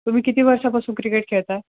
तुम्ही किती वर्षापासून क्रिकेट खेळत आहे